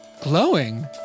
glowing